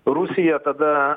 rusija tada